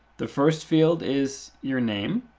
the first field is your name.